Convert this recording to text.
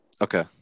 Okay